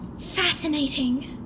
Fascinating